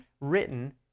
written